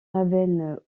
ravenne